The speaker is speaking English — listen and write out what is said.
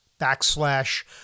backslash